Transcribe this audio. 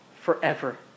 forever